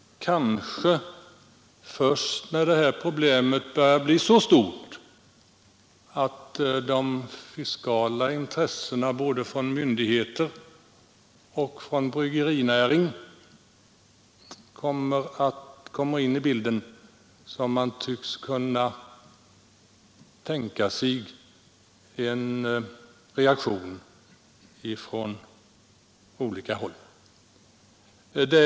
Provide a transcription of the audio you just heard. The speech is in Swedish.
Först när detta problem börjar bli så stort att myndigheternas fiskala intressen och bryggerinäringens ekonomiska intressen kommer in i bilden kanske en reaktion från olika håll kan förväntas.